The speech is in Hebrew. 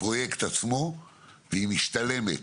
הפרויקט עצמו והיא משתלמת